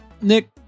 Nick